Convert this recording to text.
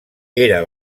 era